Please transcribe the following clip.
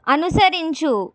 అనుసరించు